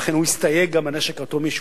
ולכן הוא הסתייג גם מהנשק האטומי,